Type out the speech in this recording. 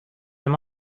them